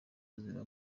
buzima